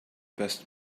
best